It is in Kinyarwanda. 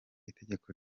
itegeko